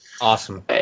awesome